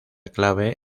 clave